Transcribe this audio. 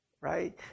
right